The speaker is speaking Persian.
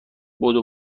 بدو